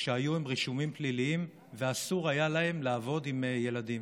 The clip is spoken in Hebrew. שהיו עם רישומים פליליים ואסור היה להן לעבוד עם ילדים.